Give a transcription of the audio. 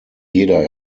jeder